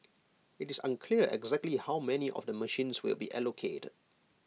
IT is unclear exactly how many of the machines will be allocated